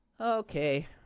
Okay